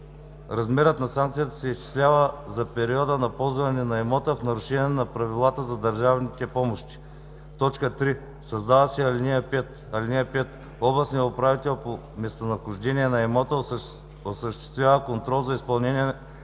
Размерът на санкцията се изчислява за периода на ползване на имота в нарушение на правилата за държавните помощи.“ 3. Създава се ал. 5: „(5) Областният управител по местонахождение на имота осъществява контрол за изпълнението